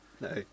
No